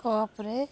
କପରେ